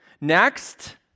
Next